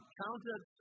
counted